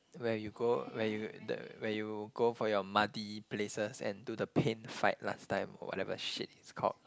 where you go where you the where you go for your muddy places and do the paint fight last time or whatever shit it's called